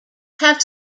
have